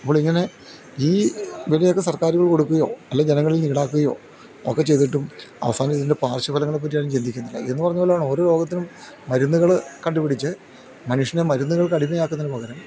അപ്പോൾ ഇങ്ങനെ ഈ വിലയൊക്കെ സർക്കാരുകൾ കൊടുക്കുകയോ അല്ലെങ്കിൽ ജനങ്ങളിൽ നിന്ന് ഈടാക്കുകയോ ഒക്കെ ചെയ്തിട്ടും അവസാനം ഇതിൻ്റെ പാർഷ്വഫലങ്ങളെ പറ്റി ആരും ചിന്തിക്കുന്നില്ല എന്ന് പറഞ്ഞത് പോലാണ് ഓരോ രോഗത്തിനും മരുന്നുകൾ കണ്ടുപിടിച്ച് മനുഷ്യനെ മരുന്നുകൾക്ക് അടിമയാക്കുന്നതിനു പകരം